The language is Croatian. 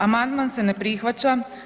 Amandman se ne prihvaća.